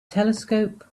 telescope